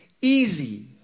easy